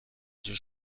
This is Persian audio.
جور